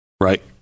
Right